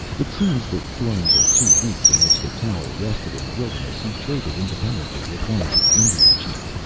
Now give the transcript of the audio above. it seems that during the two weeks in which the tower rested in the wilderness he traded independently with one of the indian chiefs,